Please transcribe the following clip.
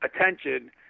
attention